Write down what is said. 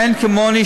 אין כמוני